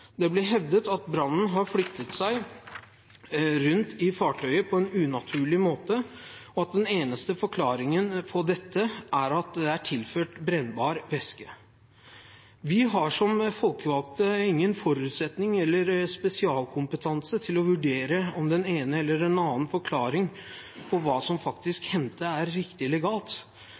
Det ble hevdet at brannen har flyttet seg rundt i fartøyet på en unaturlig måte, og at den eneste forklaringen på dette er at det er tilført brennbar væske. Vi har som folkevalgte ingen forutsetninger for eller spesialkompetanse til å vurdere om den ene eller den andre forklaring på hva som faktisk hendte, er riktig